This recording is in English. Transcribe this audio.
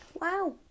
Wow